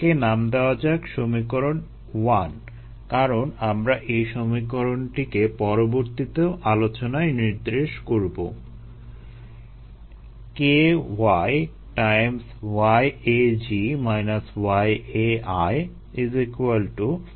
এটাকে নাম দেওয়া যাক সমীকরণ কারণ আমরা এই সমীকরণটিকে পরিবর্তীতেও এই আলোচনায় নির্দেশ করবো